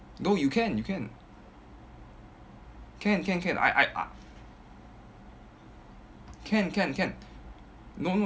no you can you can can can can I I I can can can no no